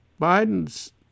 Biden's